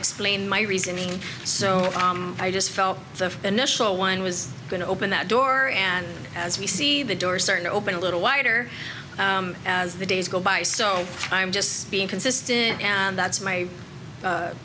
explain my reasoning so i just felt the initial one was going to open that door and as we see the doors start to open a little wider as the days go by so i'm just being consistent and that's my